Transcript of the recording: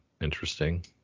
interesting